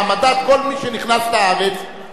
העמדת כל מי שנכנס לארץ,